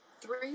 Three